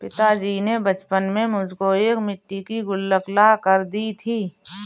पिताजी ने बचपन में मुझको एक मिट्टी की गुल्लक ला कर दी थी